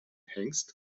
hengst